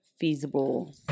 feasible